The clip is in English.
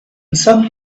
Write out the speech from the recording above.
some